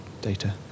data